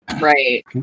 Right